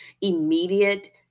immediate